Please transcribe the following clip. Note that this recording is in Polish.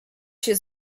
się